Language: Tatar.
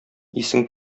исең